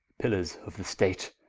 pillars of the state,